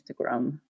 Instagram